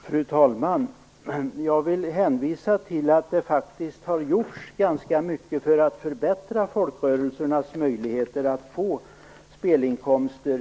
Fru talman! Jag vill hänvisa till att det faktiskt har gjorts ganska mycket för idrottsrörelsernas möjligheter att få spelinkomster.